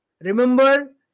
remember